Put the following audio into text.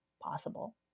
possible